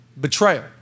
betrayal